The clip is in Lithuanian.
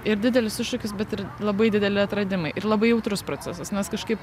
ir didelis iššūkis bet ir labai dideli atradimai ir labai jautrus procesas nes kažkaip